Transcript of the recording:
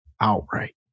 outright